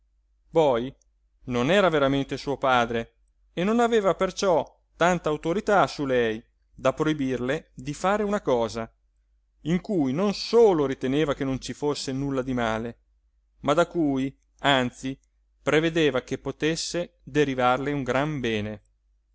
poi non era veramente suo padre e non aveva perciò tanta autorità su lei da proibirle di fare una cosa in cui non solo riteneva che non ci fosse nulla di male ma da cui anzi prevedeva che potesse derivarle un gran bene